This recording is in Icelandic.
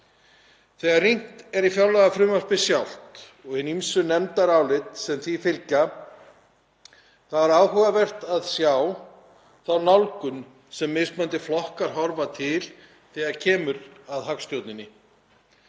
Þegar rýnt er í fjárlagafrumvarpið sjálft og hin ýmsu nefndarálit sem því fylgja er áhugavert að sjá þá nálgun sem mismunandi flokkar horfa til þegar kemur að hagstjórninni.